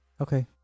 Okay